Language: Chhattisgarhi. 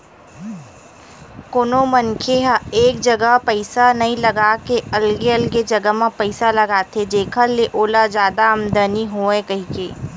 कोनो मनखे ह एक जगा पइसा नइ लगा के अलगे अलगे जगा म पइसा लगाथे जेखर ले ओला जादा आमदानी होवय कहिके